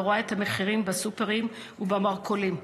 ורואה את המחירים בסופרים ובמרכולים.